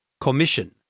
Commission